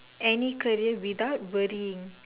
any career without worrying